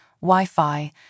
Wi-Fi